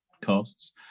costs